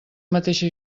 mateixa